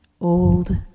old